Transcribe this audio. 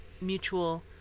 mutual